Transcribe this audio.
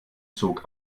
zog